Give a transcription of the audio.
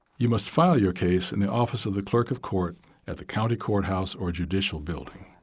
you must file your case in the office of the clerk of court at the county court house or judicial building.